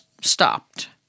stopped